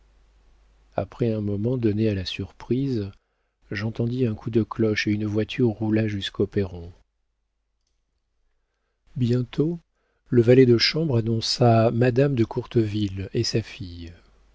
après un moment donné à la surprise j'entendis un coup de cloche et une voiture roula jusqu'au perron bientôt le valet de chambre annonça madame de courteville et sa fille